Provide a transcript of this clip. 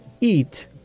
eat